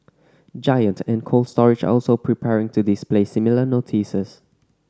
giant and Cold Storage are also preparing to display similar notices